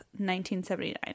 1979